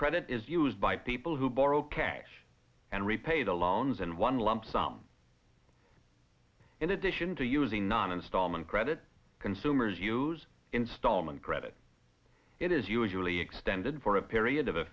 credit is used by people who borrow cash and repay the loans and one lump sum in addition to using non installment credit consumers use installment credit it is usually extended for a period of a